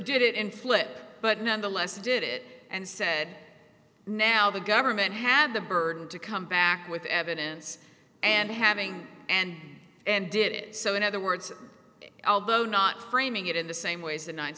did it in flip but nonetheless did it and said now the government have the burden to come back with evidence and having and and did it so in other words although not framing it in the same way as the ninth